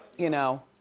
you know,